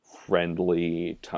friendly